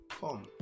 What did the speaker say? come